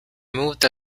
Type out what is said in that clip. moved